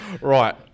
Right